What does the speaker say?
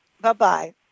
bye-bye